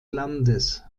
landes